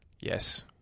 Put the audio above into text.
Yes